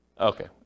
Okay